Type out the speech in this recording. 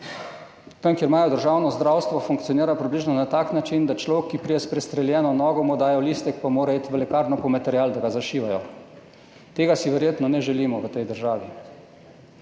Tam, kjer imajo državno zdravstvo, funkcionira približno na tak način, da človeku, ki pride s prestreljeno nogo, dajo listek in mora iti v lekarno po material, da ga zašijejo. Tega si verjetno ne želimo v tej državi.